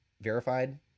verified